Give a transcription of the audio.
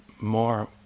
more